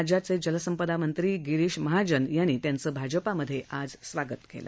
राज्याचे जलसंपदा मंत्री गिरीश भाऊ महाजन यांनी त्यांचं भाजपामधे आज स्वागत केलं